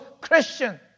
Christian